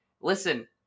listen